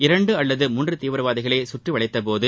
இரண்டு அல்லது மூன்று தீவிரவாதிகளை சுற்றி வளைத்த போது